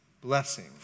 blessing